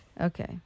Okay